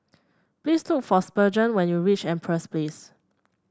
please look for Spurgeon when you reach Empress Place